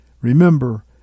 Remember